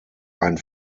ein